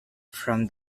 from